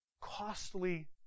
Costly